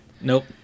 Nope